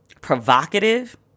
provocative